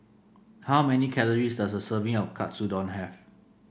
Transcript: how many calories does a serving of Katsudon have